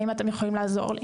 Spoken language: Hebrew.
האם אתם יכולים לעזור לי?